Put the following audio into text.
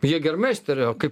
jėgermeisterio kaip